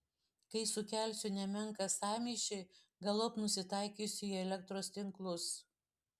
kai sukelsiu nemenką sąmyšį galop nusitaikysiu į elektros tinklus